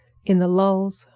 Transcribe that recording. in the lulls,